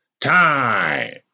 time